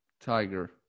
tiger